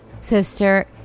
Sister